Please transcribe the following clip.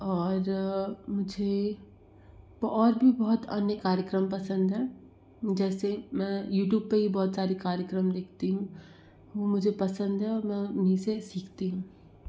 और मुझे और भी बहुत अन्य कार्यक्रम पसंद हैं जैसे मैं यूटूब पे ही बहुत सारी कार्यक्रम देखती हूँ वो मुझे पसंद हैं और मैं उन्हीं से सीखती हूँ